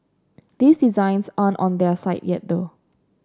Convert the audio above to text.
these designs aren't on their site yet though